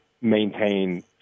maintain